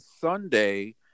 Sunday